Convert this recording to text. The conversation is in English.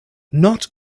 not